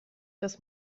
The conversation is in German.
das